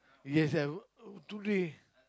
yes I I today